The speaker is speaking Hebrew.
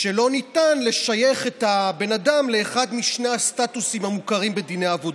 ולא ניתן לשייך את הבן אדם לאחד משני הסטטוסים המוכרים בדיני עבודה.